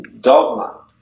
dogma